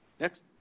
Next